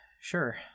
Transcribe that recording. sure